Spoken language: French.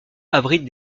abritent